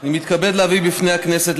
אני מתכבד להביא בפני הכנסת,